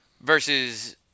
versus